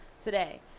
today